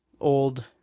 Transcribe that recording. old